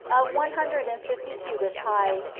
of one hundred and fifty cubits high,